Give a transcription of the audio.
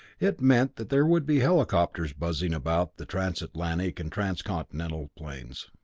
it meant that there would be helicopters buzzing about the transatlantic and transcontinental planes.